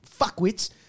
fuckwits